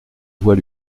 voix